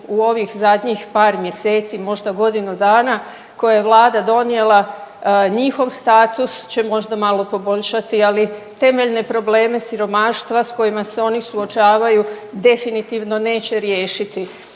u ovih zadnjih par mjeseci, možda godinu dana koje je vlada donijela, njihov status će možda malo poboljšati, ali temeljne probleme siromaštva s kojima se oni suočavaju definitivno neće riješiti.